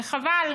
וחבל.